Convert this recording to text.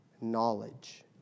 knowledge